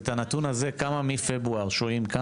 את הנתון כמה שוהים כאן מפברואר.